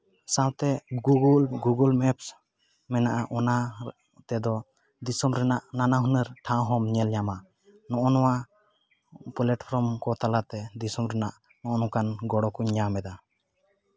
ᱥᱟᱶᱛᱮ Google Google maps ᱢᱮᱱᱟᱜᱼᱟ ᱚᱱᱟ ᱛᱮᱫᱚ ᱫᱤᱥᱚᱢ ᱨᱮᱱᱟᱜ ᱱᱟᱱᱟ ᱦᱩᱱᱟᱹᱨ ᱴᱷᱟᱶ ᱦᱚᱸᱢ ᱧᱮᱞ ᱧᱟᱢᱟ ᱱᱚᱜᱼᱚ ᱱᱚᱣᱟ ᱯᱞᱟᱴᱯᱷᱨᱚᱢ ᱠᱚ ᱛᱟᱞᱟᱛᱮ ᱫᱤᱥᱚᱢ ᱨᱮᱱᱟᱜ ᱱᱚᱜᱼᱚ ᱱᱚᱝᱠᱟᱱ ᱜᱚᱲᱚ ᱠᱚᱧ ᱧᱟᱢ ᱮᱫᱟ